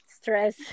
stress